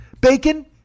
Bacon